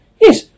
Yes